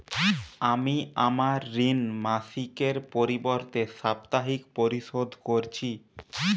আমি আমার ঋণ মাসিকের পরিবর্তে সাপ্তাহিক পরিশোধ করছি